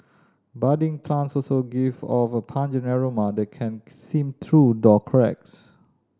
budding plants also give off a pungent aroma that can seep through door cracks